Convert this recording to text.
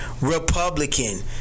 Republican